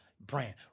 brand